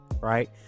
Right